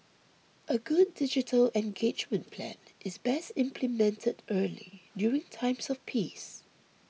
a good digital engagement plan is best implemented early during times of peace